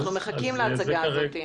אנחנו מחכים להצגה הזאת.